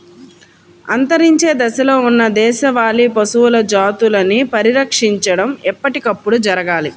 అంతరించే దశలో ఉన్న దేశవాళీ పశువుల జాతులని పరిరక్షించడం ఎప్పటికప్పుడు జరగాలి